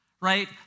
right